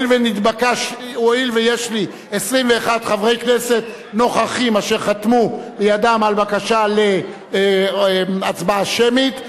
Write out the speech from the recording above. הואיל ויש לי 21 חברי כנסת נוכחים אשר חתמו בידם על בקשה להצבעה שמית,